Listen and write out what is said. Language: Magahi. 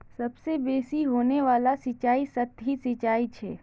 सबसे बेसि होने वाला सिंचाई सतही सिंचाई छ